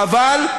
חבל.